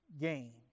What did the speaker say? gain